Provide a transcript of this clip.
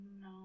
no